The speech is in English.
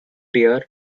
tier